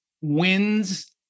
wins